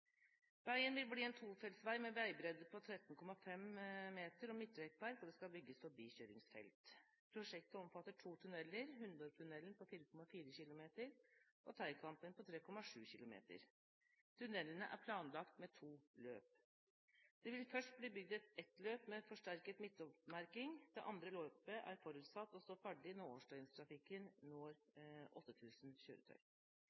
Veien vil bli en tofeltsvei med veibredde på 13,5 m og midtrekkverk, og det skal bygges forbikjøringsfelt. Prosjektet omfatter to tunneler, Hundorptunnelen på 4,4 km og Teigkampen på 3,7 km. Tunnelene er planlagt med to løp. Det vil først bli bygd ett løp med forsterket midtoppmerking, det andre løpet er forutsatt å stå ferdig når årsdøgntrafikken når 8 000 kjøretøy.